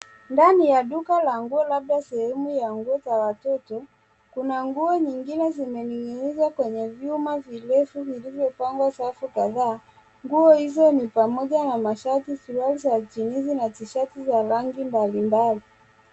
Ndani ya duka la nguo labda sehemu ya nguo za watoto, kuna nguo nyingine zimening'inizwa kwenye vyuma virefu vilivyopangwa safu kadhaa. Nguo hizo ni pamoja na mashati, suruali za jeans na tishati za rangi mbalimbali.